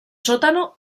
sótano